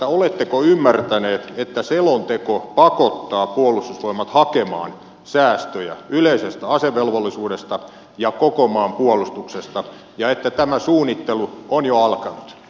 oletteko ymmärtänyt että selonteko pakottaa puolustusvoimat hakemaan säästöjä yleisestä asevelvollisuudesta ja koko maan puolustuksesta ja että tämä suunnittelu on jo alkanut